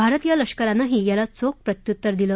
भारतीय लष्करानेही याला चोख प्रत्युत्तर दिलं